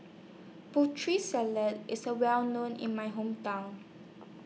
Putri Salad IS A Well known in My Hometown